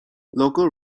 local